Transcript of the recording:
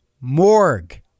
morgue